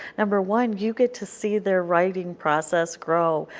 number one, you get to see their writing process grow,